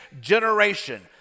generation